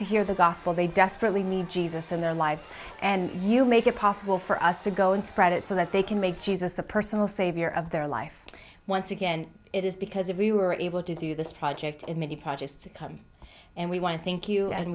to hear the gospel they desperately need jesus in their lives and you make it possible for us to go and spread it so that they can make jesus the personal savior of their life once again it is because if we were able to do this project in many projects to come and we want to thank you and